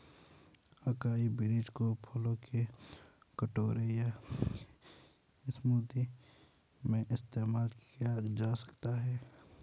acai berries को फलों के कटोरे या स्मूदी में इस्तेमाल किया जा सकता है